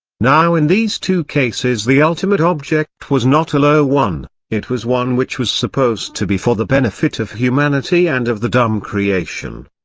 now in these two cases the ultimate object was not a low one, it was one which was supposed to be for the benefit of humanity and of the dumb creation.